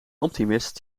optimist